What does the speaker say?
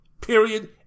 period